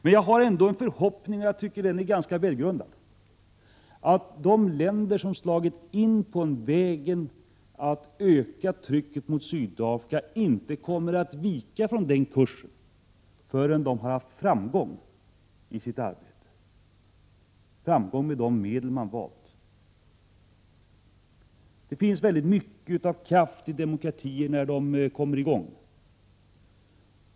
Men jag har ändå en förhoppning, som jag tror är välgrundad, att de länder som har slagit in på vägen mot ett ökat ekonomiskt tryck mot Sydafrika inte kommer att vika från den kursen förrän 45 Prot. 1986/87:129 de, med de medel de valt, har haft framgång i sitt arbete. Det finns mycket kraft i demokratier när de kommer i gång.